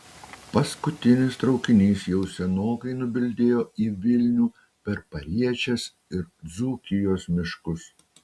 paskutinis traukinys jau senokai nubildėjo į vilnių per pariečės ir dzūkijos miškus